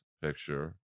picture